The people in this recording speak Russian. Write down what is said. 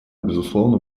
безусловно